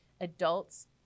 adults